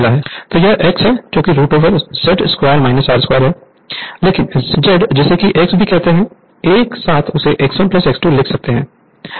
Refer Slide Time 1527 तो यह X root over Z 2 R 2 है लेकिन Z जिसे X भी कहते हैं एक साथ उसे X1 X2 लिख सकते हैं और R को R1 R2 लिखते हैं